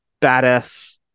badass